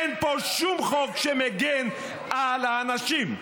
אין פה שום חוק שמגן על האנשים.